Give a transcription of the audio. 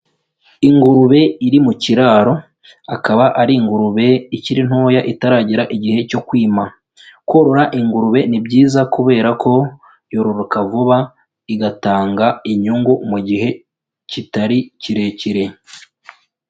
Ingurube iri mu kiraro, akaba ari ingurube ikiri ntoya itaragera igihe cyo kwima, korora ingurube ni byiza kubera ko yororoka vuba, igatanga inyungu mu gihe kitari kirekire.